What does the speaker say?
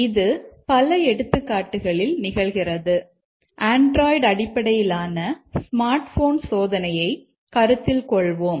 இது பல எடுத்துக்காட்டுகளில் நிகழ்கிறது அண்ட்ராய்ட் அடிப்படையிலான ஸ்மார்ட் போன் சோதனையை கருத்தில் கொள்வோம்